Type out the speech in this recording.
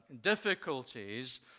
difficulties